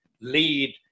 lead